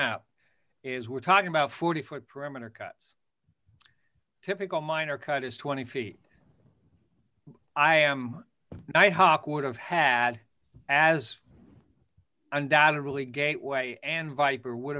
out is we're talking about forty foot perimeter cuts typical minor cut is twenty feet i am i hop would've had as undoubtedly gateway and viper would